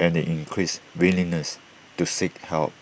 and the increased willingness to seek help